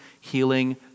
healing